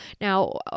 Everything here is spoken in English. Now